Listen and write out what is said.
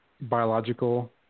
biological